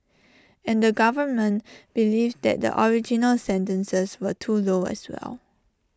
and the government believed that the original sentences were too low as well